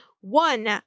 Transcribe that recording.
one